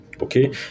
Okay